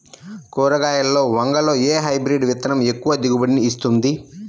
కూరగాయలలో వంగలో ఏ హైబ్రిడ్ విత్తనం ఎక్కువ దిగుబడిని ఇస్తుంది?